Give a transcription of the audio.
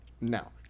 no